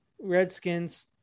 Redskins